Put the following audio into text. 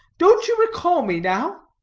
don't you recall me, now?